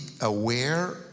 aware